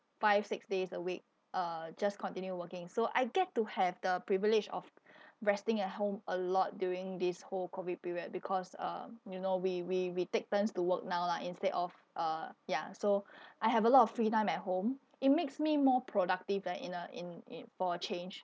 five six days a week uh just continue working so I get to have the privilege of resting at home a lot during this whole COVID period because um you know we we we take turns to work now lah instead of uh ya so I have a lot of free time at home it makes me more productive lah in a in in for a change